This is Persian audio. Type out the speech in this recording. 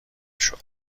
شدم